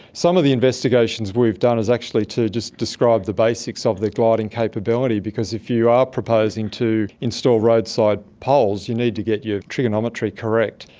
some of the investigations we've done is actually to just describe the basics of the gliding capability because if you are proposing to install roadside poles you need to get your trigonometry correct.